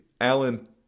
Alan